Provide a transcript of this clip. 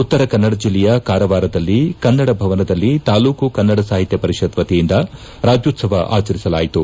ಉತ್ತರಕನ್ನಡ ಜಿಲ್ಲೆಯ ಕಾರವಾರದ ಕನ್ನಡ ಭವನದಲ್ಲಿ ತಾಲೂಕು ಕನ್ನಡ ಸಾಹಿತ್ಯ ಪರಿಷತ್ ವತಿಯಿಂದ ರಾಜ್ಗೋತ್ರವ ಆಚರಿಸಲಾಯಿತು